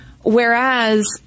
Whereas